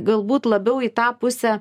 galbūt labiau į tą pusę